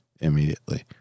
immediately